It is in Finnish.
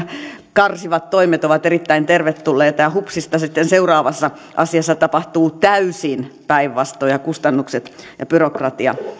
karsivat toimet ovat erittäin tervetulleita ja hupsista sitten seuraavassa asiassa tapahtuu täysin päinvastoin ja kustannukset ja byrokratia